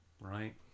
right